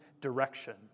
direction